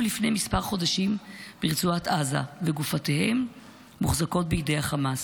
לפני כמה חודשים ברצועת עזה וגופותיהם מוחזקות בידי החמאס.